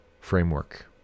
framework